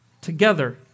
together